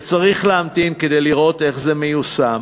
וצריך להמתין כדי לראות איך זה מיושם,